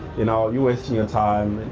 you know. you're wasting your time.